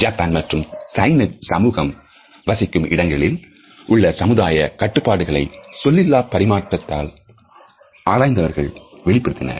Japan மற்றும் சைன சமூகம் பசிக்கும் இடங்களில் உள்ள சமுதாய கட்டுப்பாடுகளை சொல்லிலா பரிமாற்றத்தை ஆராய்ந்தவர்கள் வெளிப்படுத்தியுள்ளனர்